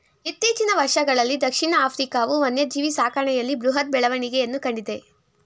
ಇತ್ತೀಚಿನ ವರ್ಷಗಳಲ್ಲೀ ದಕ್ಷಿಣ ಆಫ್ರಿಕಾವು ವನ್ಯಜೀವಿ ಸಾಕಣೆಯಲ್ಲಿ ಬೃಹತ್ ಬೆಳವಣಿಗೆಯನ್ನು ಕಂಡಿದೆ